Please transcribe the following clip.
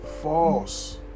False